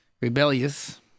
rebellious